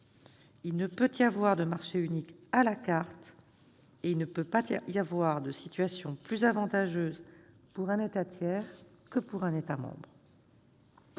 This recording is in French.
Il ne peut y avoir de marché unique à la carte et il ne peut pas y avoir de situation plus avantageuse pour un État tiers que pour un État membre.